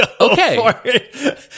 Okay